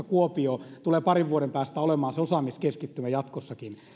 kuopio tulee jatkossakin parin vuoden päästä olemaan se osaamiskeskittymä